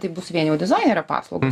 tai bus vien jau dizainerio paslaugos